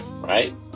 right